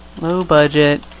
Low-budget